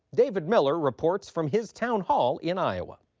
david miller reports from his town hall in iowa.